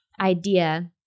idea